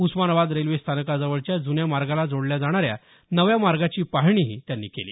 उस्मानाबाद रेल्वेस्थानकाजवळच्या जुन्या मार्गाला जोडल्या जाणाऱ्या नव्या मार्गाची पाहणी केली